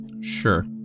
Sure